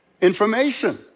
information